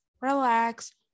relax